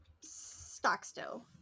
Stockstill